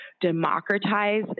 democratize